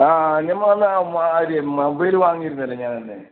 ഞമ്മൾ വന്ന് ആ അന്ന് മൊബൈൽ വാങ്ങീരുന്നല്ലോ ഞാനന്ന്